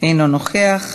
אינו נוכח.